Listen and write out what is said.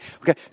Okay